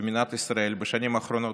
במדינת ישראל בשנים האחרונות.